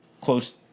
close